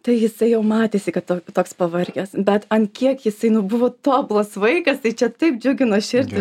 tai jisai jau matėsi kad toks pavargęs bet ant kiek jisai nu buvo tobulas vaikas tai čia taip džiugino širdį